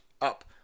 up